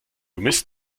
mist